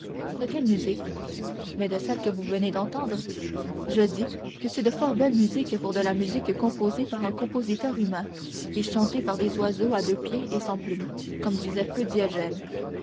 de quelle musique mais de celle que vous venez d'entendre je dis que c'est de fort belle musique pour de la musique composée par un compositeur humain et chantée par des oiseaux à deux pieds et sans plumes comme disait feu diogène